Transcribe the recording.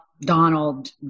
Donald